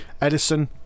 Edison